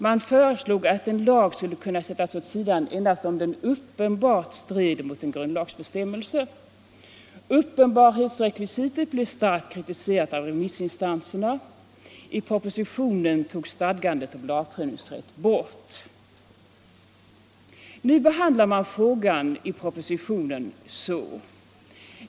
Man föreslog att en lag skulle kunna sättas åt sidan endast om den uppenbart stred mot en grundlagsbestämmelse. Uppenbarhetsrekvisitet blev starkt kritiserat av remissinstanserna. I propositionen togs stadgandet om lagprövningsrätt bort. Nu behandlar man frågan i propositionen så här.